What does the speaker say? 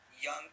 young